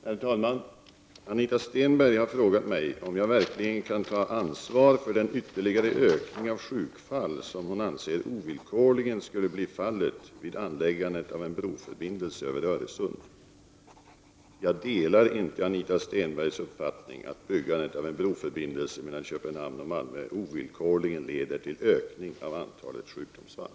Herr talman! Anita Stenberg har frågat mig om jag verkligen kan ta ansvar för den ytterligare ökning av sjukfall som hon anser ovillkorligen skulle bli fallet vid anläggandet av en broförbindelse över Öresund. Jag delar inte Anita Stenbergs uppfattning att byggandet av en broförbindelse mellan Köpenhamn och Malmö ovillkorligen leder till ökning av antalet sjukdomsfall.